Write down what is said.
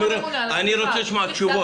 אני רוצה לשמוע תשובות.